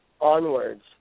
onwards